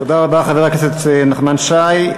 תודה רבה, חבר הכנסת נחמן שי.